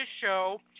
show